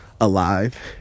Alive